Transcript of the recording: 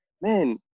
man